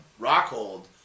Rockhold